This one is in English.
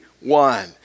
one